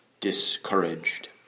discouraged